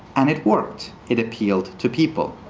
and it worked. it appealed to people.